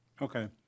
Okay